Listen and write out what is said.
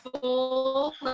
full